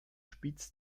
spitz